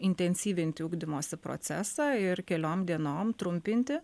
intensyvinti ugdymosi procesą ir keliom dienom trumpinti